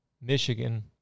Michigan